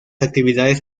actividades